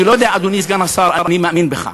אני לא יודע, אדוני סגן השר, אני מאמין בך.